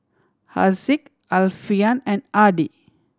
Haziq Alfian and Adi